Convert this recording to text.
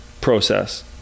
process